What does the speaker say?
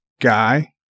guy